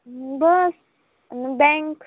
बस आणि बँक